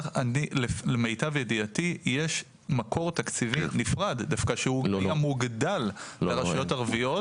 למיטב ידיעתי יש מקור תקציבי נפרד דווקא שהוא גם הוגדל לרשויות ערביות